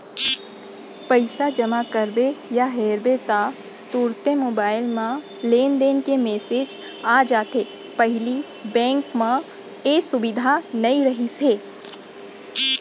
पइसा जमा करबे या हेरबे ता तुरते मोबईल म लेनदेन के मेसेज आ जाथे पहिली बेंक म ए सुबिधा नई रहिस हे